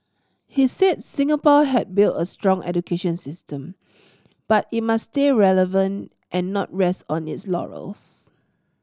he said Singapore had built a strong education system but it must stay relevant and not rest on its laurels